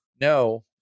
No